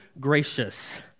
gracious